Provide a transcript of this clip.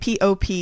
pop